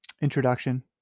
introduction